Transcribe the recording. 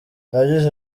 yagize